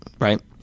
right